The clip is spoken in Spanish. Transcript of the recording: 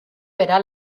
verá